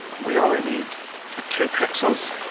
we only need ah two pixels,